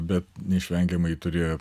bet neišvengiamai turėjo